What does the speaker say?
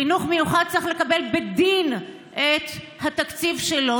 חינוך מיוחד צריך לקבל בדין את התקציב שלו,